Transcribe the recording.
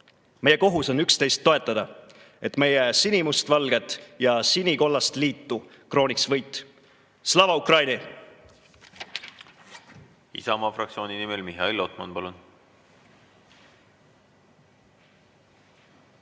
Meie kohus on üksteist toetada, et meie sinimustvalget ja sinikollast liitu krooniks võit. Slava Ukraini!